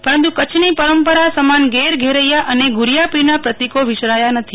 પરંતુ કરછની પરંપરા સમાન ગેર ગેરૈયા અને ગુરીયાપીરનાં પ્રતીકો વિસરાયાં નથી